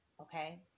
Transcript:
okay